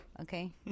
okay